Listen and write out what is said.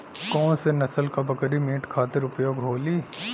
कौन से नसल क बकरी मीट खातिर उपयोग होली?